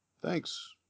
Thanks